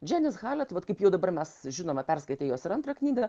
džianis halet vat kaip jau dabar mes žinoma perskaitę jos ir antrą knygą